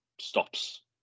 stops